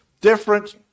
different